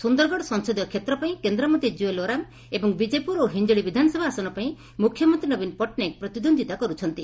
ସୁନ୍ଦରଗଡ଼ ସଂସଦୀୟ କେତ୍ର ପାଇଁ କେନ୍ଦରମନ୍ତୀ ଜୁଏଲ୍ ଓରାମ ଏବଂ ବିଜେପୁର ଓ ହିଞ୍ଞଳି ବିଧାନସଭା ଆସନ ପାଇଁ ମୁଖ୍ୟମନ୍ତୀ ନବୀନ ପଟ୍ଟନାୟକ ପ୍ରତିଦ୍ୱନ୍ଦିତା କରୁଛନ୍ତି